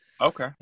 okay